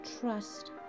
trust